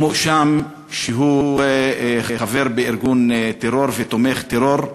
הוא מואשם שהוא חבר בארגון טרור ותומך טרור.